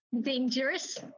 dangerous